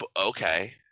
okay